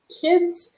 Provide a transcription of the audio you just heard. kids